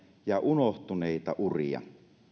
ja unohtuneita uria